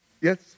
Yes